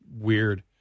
weird